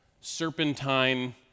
serpentine